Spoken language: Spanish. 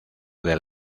del